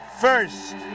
first